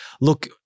look